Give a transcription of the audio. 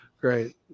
Great